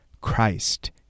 Christ